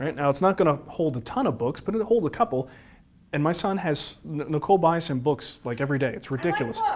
and now it's not gonna hold a ton of books, but it'll and hold a couple and my son has. nicole buys him books like every day, it's ridiculous. i